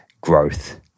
growth